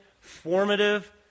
formative